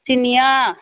चिनियाँ